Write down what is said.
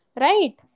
Right